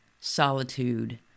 solitude